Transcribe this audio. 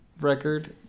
record